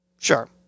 Sure